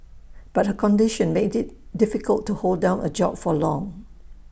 but her condition made IT difficult to hold down A job for long